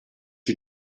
you